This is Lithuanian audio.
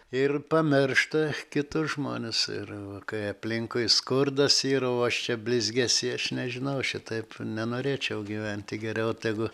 ir pamiršta kitus žmones ir kai aplinkui skurdas yra o aš čia blizgesį aš nežinau šitaip nenorėčiau gyventi geriau tegu